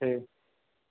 ठीक छै